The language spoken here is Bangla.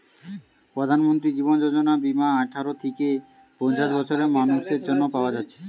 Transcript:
প্রধানমন্ত্রী জীবন যোজনা বীমা আঠারো থিকে পঞ্চাশ বছরের মানুসের জন্যে পায়া যাচ্ছে